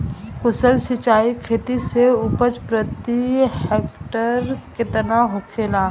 कुशल सिंचाई खेती से उपज प्रति हेक्टेयर केतना होखेला?